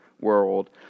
world